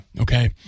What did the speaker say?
Okay